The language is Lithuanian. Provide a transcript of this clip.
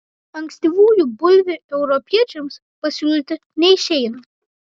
ankstyvųjų bulvių europiečiams pasiūlyti neišeina